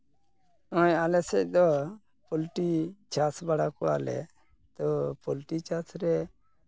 ᱱᱚᱜᱼᱚᱸᱭ ᱟᱞᱮ ᱥᱮᱜ ᱫᱚ ᱯᱳᱞᱴᱤ ᱪᱟᱥ ᱵᱟᱲᱟ ᱠᱚᱣᱟᱞᱮ ᱛᱚ ᱯᱳᱞᱴᱤ ᱪᱟᱥ ᱨᱮ